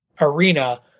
arena